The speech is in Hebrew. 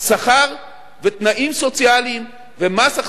אני אומר לך,